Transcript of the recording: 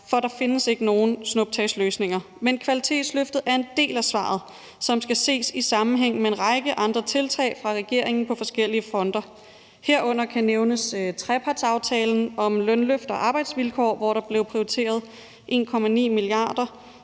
for der findes ikke nogen snuptagsløsninger. Men kvalitetsløftet er en del af svaret, som skal ses i sammenhæng med en række andre tiltag fra regeringens side på forskellige fronter. Herunder kan nævnes trepartsaftalen om lønløft og arbejdsvilkår, hvor der blev prioriteret 1,9 mia. kr.